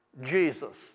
Jesus